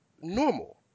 normal